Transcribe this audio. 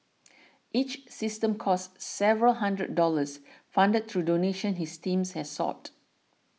each system costs several hundred dollars funded through donations his team has sought